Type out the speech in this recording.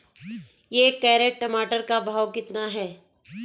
एक कैरेट टमाटर का भाव कितना है?